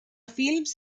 films